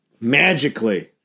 magically